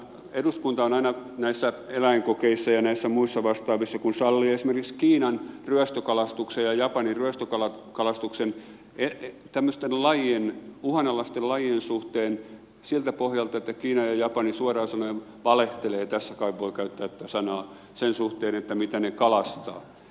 eduskunta aina näissä eläinkokeissa ja muissa vastaavissa sallii esimerkiksi kiinan ryöstökalastuksen ja japanin ryöstökalastuksen tämmöisten uhanalaisten lajien suhteen siltä pohjalta että kiina ja japani suoraan sanoen valehtelevat tässä kai voi käyttää tätä sanaa sen suhteen mitä he kalastavat